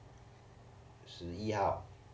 十一号